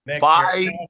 Bye